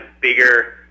bigger